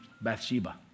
Bathsheba